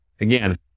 again